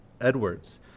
Edwards